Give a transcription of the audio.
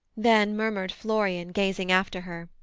then murmured florian gazing after her,